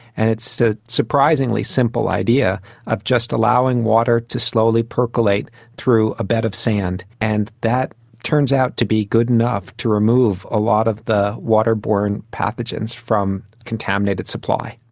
and it's a surprisingly simple idea of just allowing water to slowly percolate through a bed of sand. and that turns out to be good enough to remove a lot of the waterborne pathogens from contaminated supply.